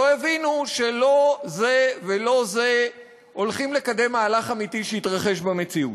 לא הבינו שלא זה ולא זה הולכים לקדם מהלך אמיתי שיתרחש במציאות.